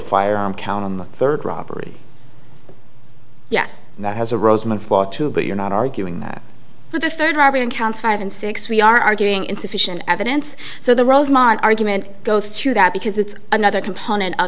firearm count on the third robbery yes that has a roseman for two but you're not arguing that the third robbery in counts five and six we are arguing insufficient evidence so the rosemont argument goes to that because it's another component of